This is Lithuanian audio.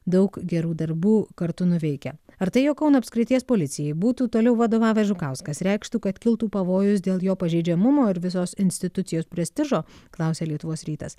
daug gerų darbų kartu nuveikę ar tai jog kauno apskrities policijai būtų toliau vadovavęs žukauskas reikštų kad kiltų pavojus dėl jo pažeidžiamumo ir visos institucijos prestižo klausia lietuvos rytas